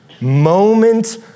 moment